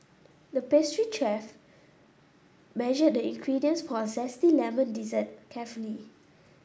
the pastry chef measured the ingredients for a zesty lemon dessert carefully